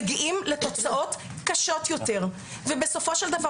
מגיעים לתוצאות קשות יותר ובסופו של דבר